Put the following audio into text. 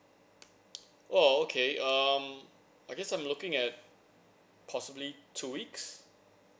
oh okay um I guess I'm looking at possibly two weeks